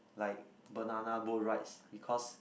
like banana boat rides because